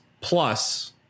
plus –